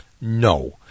No